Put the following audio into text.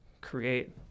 create